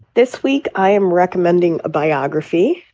this week i am recommending a biography,